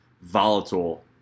volatile